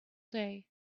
day